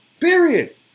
Period